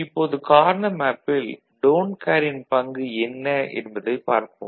இப்போது கார்னா மேப்பில் டோன்ட் கேரின் Don't Care பங்கு என்ன என்பதைப் பார்ப்போம்